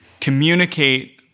communicate